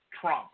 Trump